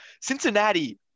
Cincinnati